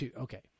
Okay